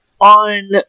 on